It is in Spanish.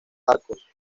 arcos